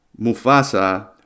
Mufasa